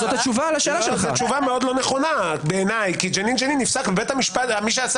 זו תשובה מאוד לא נכונה בעיניי כי מי שעשה